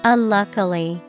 Unluckily